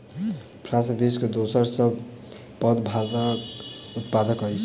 France विश्व के दोसर सभ सॅ पैघ भांगक उत्पादक अछि